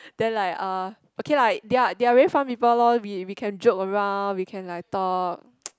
then like uh okay lah they are they are very fun people lor we we can joke around we can like talk